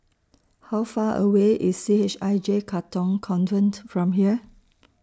How Far away IS C H I J Katong Convent from here